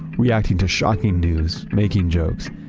reacting to shocking news, making jokes,